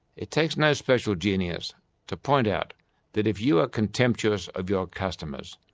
it takes no special genius to point out that if you are contemptuous of your customers,